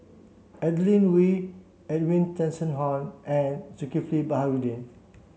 Adeline Ooi Edwin Tessensohn and Zulkifli Baharudin